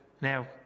Now